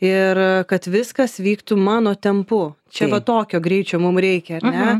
ir kad viskas vyktų mano tempu čia va tokio greičio mum reikia ar ne